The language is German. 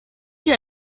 hier